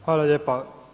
Hvala lijepa.